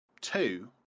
two